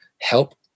help